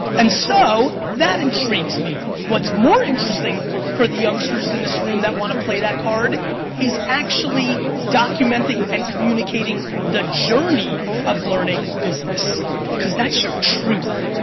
and so, that intrigues me. what's more interesting for the youngsters in this room that want to play that card is actually documenting and communicating the journey of learning business cause that's your truth.